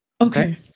Okay